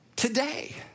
Today